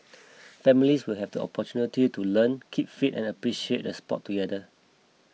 families will have the opportunity to learn keep fit and appreciate the sport together